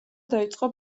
დაიწყო